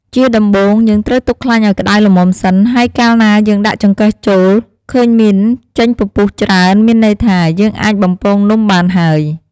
ជាដំបូង យើងត្រូវទុកខ្លាញ់ឲ្យក្ដៅល្មមសិន ហើយកាលណាយើងដាក់ចង្កឹះចូល ឃើញមានចេញពពុះច្រើន មានន័យថា យើងអាចបំពងនំបានហើយ។